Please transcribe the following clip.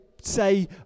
say